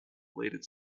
related